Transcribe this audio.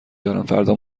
دارم، فردا